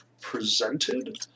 presented